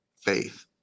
faith